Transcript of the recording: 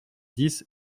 dix